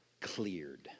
Cleared